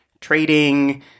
trading